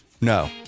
no